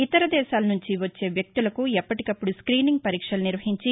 ఇతర దేశాల నుంచి వచ్చే వ్యక్తులకు ఎప్పటికప్పుడు స్క్యీనింగ్ పరీక్షలు నిర్వహించి